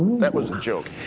that was a joke.